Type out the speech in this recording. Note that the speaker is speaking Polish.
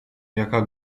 jaka